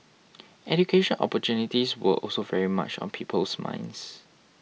education opportunities were also very much on people's minds